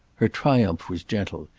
her triumph was gentle,